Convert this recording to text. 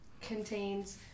Contains